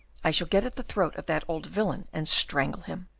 i shall get at the throat of that old villain, and strangle him.